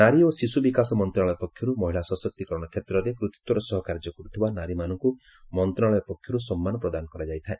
ନାରୀ ଓ ଶିଶୁ ବିକାଶ ମନ୍ତ୍ରଣାଳୟ ପକ୍ଷରୁ ମହିଳା ସଶକ୍ତିକରଣ କ୍ଷେତ୍ରରେ କୃତିତ୍ୱର ସହ କାର୍ଯ୍ୟ କରୁଥିବା ନାରୀମାନଙ୍କୁ ମନ୍ତ୍ରଣାଳୟ ପକ୍ଷରୁ ସମ୍ମାନ ପ୍ରଦାନ କରାଯାଇଥାଏ